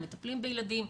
מטפלים בילדים,